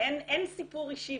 אין סיפור אישי,